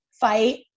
fight